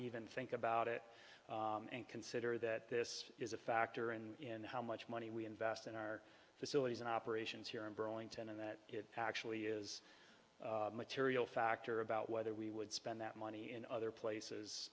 even think about it and consider that this is a factor in how much money we invest in our facilities in operations here in burlington and that it actually is material factor about whether we would spend that money in other places